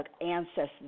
Ancestors